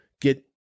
get